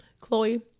Chloe